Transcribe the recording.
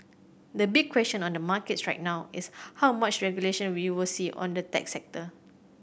the big question on the markets right now is how much regulation we will see on the tech sector